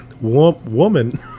Woman